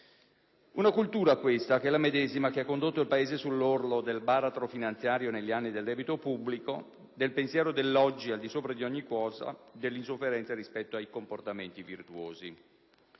Una cultura, questa, che è la medesima che ha condotto il Paese sull'orlo del baratro finanziario negli anni del debito pubblico, del pensiero dell'oggi al di sopra di ogni cosa, dell'insofferenza rispetto a comportamenti virtuosi.